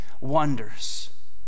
wonders